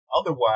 Otherwise